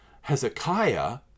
Hezekiah